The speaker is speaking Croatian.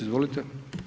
Izvolite.